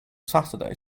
saturday